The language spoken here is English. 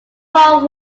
paul